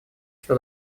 что